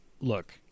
look